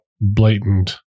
blatant